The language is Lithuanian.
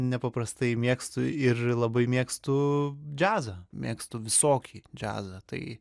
nepaprastai mėgstu ir labai mėgstu džiazą mėgstu visokį džiazą tai